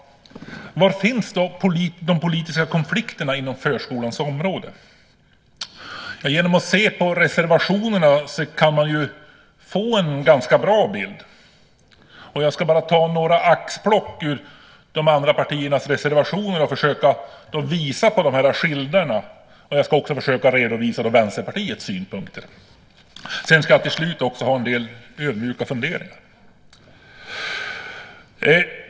Var finns de politiska konflikterna på förskolans område? Genom att se på reservationerna kan man få en ganska bra bild. Jag ska bara ta några axplock ur de andra partiernas reservationer och försöka visa på skillnaderna. Jag ska också försöka redovisa Vänsterpartiets synpunkter. Till slut har jag även en del ödmjuka funderingar.